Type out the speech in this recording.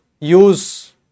use